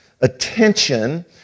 attention